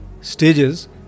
stages